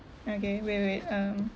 okay wait wait um